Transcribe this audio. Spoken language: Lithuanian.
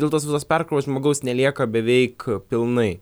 dėl tos visos perkrovos žmogaus nelieka beveik pilnai